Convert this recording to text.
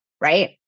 right